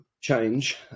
change